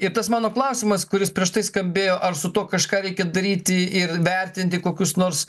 ir tas mano klausimas kuris prieš tai skambėjo ar su tuo kažką reikia daryti ir vertinti kokius nors